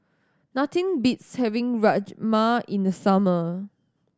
nothing beats having Rajma in the summer